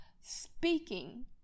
speaking